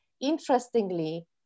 Interestingly